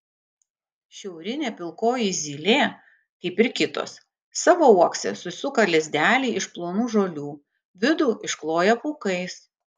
šiaurinė pilkoji zylė kaip ir kitos savo uokse susuka lizdelį iš plonų žolių vidų iškloja pūkais